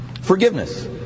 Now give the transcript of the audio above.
Forgiveness